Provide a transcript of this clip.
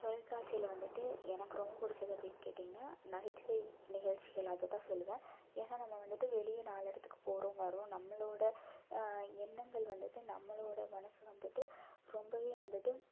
தொலைக்காட்சியில் வந்துவிட்டு எனக்கு ரொம்ப பிடிச்சது அப்படின்னு கேட்டிங்கனா நகைச்சுவை நிகழ்ச்சிகள் அதை தான் சொல்லுவேன் ஏன்னா நம்ம வந்துவிட்டு வெளியே நாலு இடத்துக்கு போகறோம் வரோம் நம்மளோட எண்ணங்கள் வந்துவிட்டு நம்மளோட மனசு வந்துவிட்டு ரொம்பவே வந்துவிட்டு